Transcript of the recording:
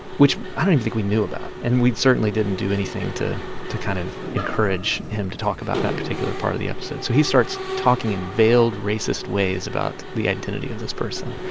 which i don't even think we knew about. and we certainly didn't do anything to to kind of encourage him to talk about that particular part of the episode. so he starts talking in veiled, racist ways about the identity of this person.